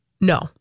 No